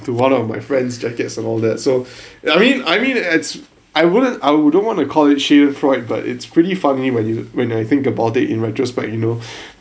to one of my friend's jackets and all that so I mean I mean it's I wouldn't I wouldn't want to call it sheer freud but it's pretty funny when you when I think about it in retrospect you know